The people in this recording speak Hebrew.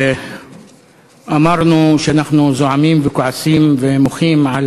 אמרנו שאנחנו זועמים וכועסים ומוחים על